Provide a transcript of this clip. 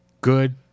good